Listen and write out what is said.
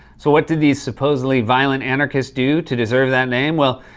so what did these supposedly violent anarchists do to deserve that name? well,